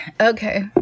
Okay